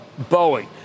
Boeing